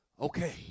Okay